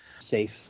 Safe